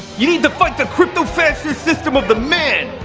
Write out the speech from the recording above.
you need to fight the crypto-fascist system of the man!